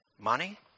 Money